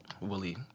Willie